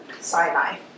Sinai